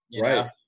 Right